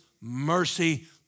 mercy